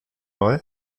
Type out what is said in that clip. vrai